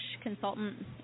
consultant